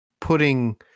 putting